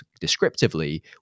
descriptively